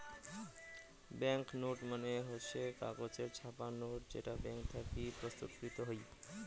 bank note মানে হসে কাগজে ছাপা নোট যেটা ব্যাঙ্ক থাকি প্রস্তুতকৃত হই